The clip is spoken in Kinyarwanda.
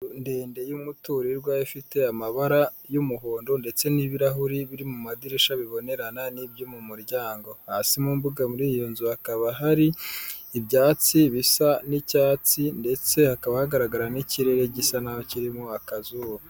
Inzu ndende y'umuturirwa ifite amabara y'umuhondo, ndetse n'ibirahuri biri mu madirishya bibonerana n'ibyo mu muryango, hasi mu mbuga muri iyi nzu hakaba hari ibyatsi bisa n'icyatsi ndetse hakaba hagaragara n'ikirere gisa n'ikirimo akazuba.